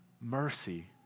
mercy